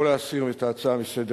או להסיר את ההצעה מסדר-היום,